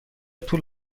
طول